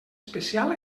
especial